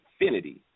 infinity